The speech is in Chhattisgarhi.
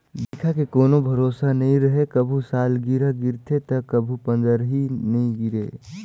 बइरखा के कोनो भरोसा नइ रहें, कभू सालगिरह गिरथे त कभू पंदरही नइ गिरे